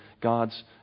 God's